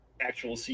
actual